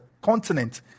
continent